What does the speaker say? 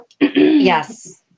Yes